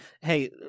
hey